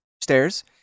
stairs